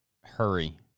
hurry